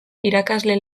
irakasle